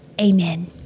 Amen